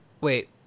wait